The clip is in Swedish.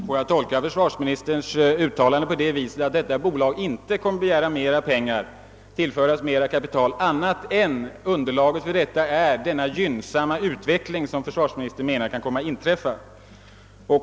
Herr talman! Jag tolkar försvarsministerns uttalande så att detta bolag inte kommer att begära mera pengar och inte kommer att tillföras mera kapital annat än om utvecklingen av företagets verksamhet blir så gynnsam som försvarsministern här har angivit.